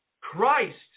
Christ